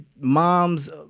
moms